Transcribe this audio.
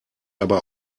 aber